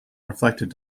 reflected